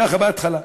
כך בהתחלה,